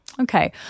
Okay